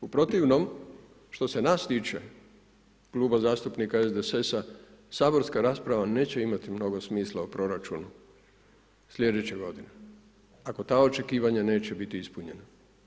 U protivnom, što se nas tiče, klub zastupnika SDSS-a, saborska rasprava neće imati mnogo smisla o proračunu slijedeće godine, ako ta očekivanja neće biti ispunjena.